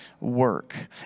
work